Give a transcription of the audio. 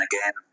again